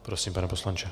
Prosím, pane poslanče.